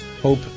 Hope